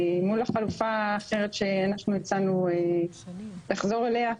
מול החלופה האחרת שאנחנו הצענו לחזור אליה.